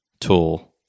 tool